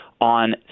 on